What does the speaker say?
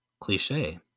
cliche